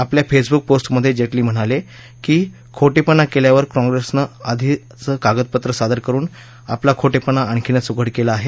आपल्या फेसबुक पोस्टमध्ये जेटली म्हणाले की खोटेपणा केल्यावर काँप्रेसनं अर्धीच कागदपत्र सादर करुन आपला खोटेपणा आणखीच उघड केला आहे